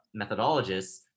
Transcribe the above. methodologists